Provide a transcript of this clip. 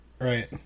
right